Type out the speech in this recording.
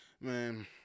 Man